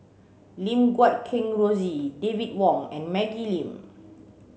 Lim Guat Kheng Rosie David Wong and Maggie Lim